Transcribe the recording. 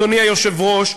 אדוני היושב-ראש,